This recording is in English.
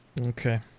Okay